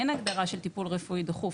אין הגדרה של טיפול רפואי דחוף.